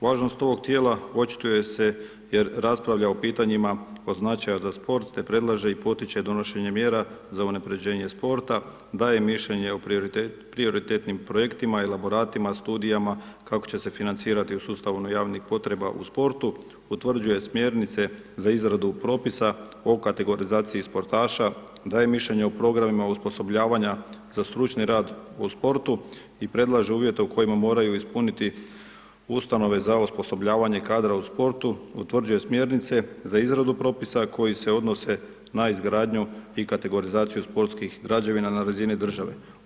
Važnost ovog tijela očituje se jer raspravlja o pitanjima od značaja za sport te predlaže i potiče donošenja mjera za unaprjeđenje sporta, daje mišljenje o prioritetnim projektima i elaboratima, studijama, kako će se financirati u sustavu javnih potreba u sportu, utvrđuje smjernice za izradu propisa o kategorizaciji sportaša, daje mišljenje o programima osposobljavanja za stručni rad u sportu i predlaže uvjete u kojima moraju ispuniti ustanove za osposobljavanje kadra u sportu, utvrđuje smjernice za izradu propisa koji se odnose na izgradnju i kategorizaciju sportskih građevina na razini države.